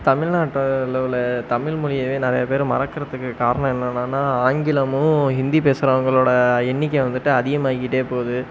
தமிழ்நாட்டில் உள்ள தமிழ் மொழியவே நிறையா பேர் மறக்கிறதுக்கு காரணம் என்னென்னன்னால் ஆங்கிலமும் ஹிந்தி பேசுகிறவங்களோட எண்ணிக்கை வந்துட்டு அதிகமாகிக்கிட்டே போகுது